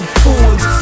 fools